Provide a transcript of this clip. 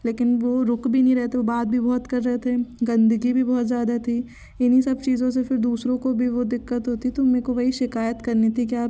लेकिन वो रुक भी नहीं रहे थे वो बात भी बहुत कर रहे थे गंदगी भी बहुत ज़्यादा थी इन्ही सब चीज़ों से फिर दूसरों को भी वो दिक्कत होती तो मे काे वही शिकायत करनी थी कि आप